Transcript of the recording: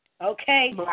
Okay